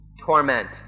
torment